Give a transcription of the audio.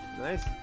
Nice